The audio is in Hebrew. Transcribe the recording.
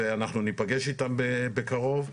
ואנחנו נפגש איתם בקרוב.